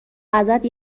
ازت